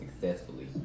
successfully